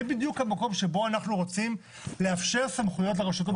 זה בדיוק המקום שבו אנחנו רוצים לאפשר סמכויות לרשות המקומית.